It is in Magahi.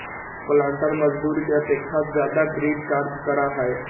पालंटर मजदूर के अपेक्षा ज्यादा दृढ़ कार्य करा हई